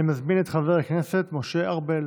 אני מזמין את חבר הכנסת משה ארבל,